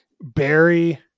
Barry